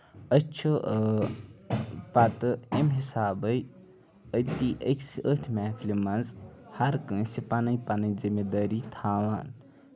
أسۍ چھِ پَتہٕ اَمہِ حِسابے أتی أتھۍ محفلہِ منٛز ہر کٲنسہِ پَنٕنۍ پَنٕنۍ زِمہ دٲری تھاوان